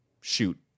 shoot